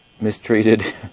Mistreated